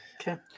Okay